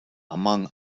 among